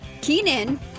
Keenan